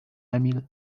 emil